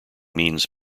means